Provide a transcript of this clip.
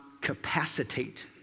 capacitate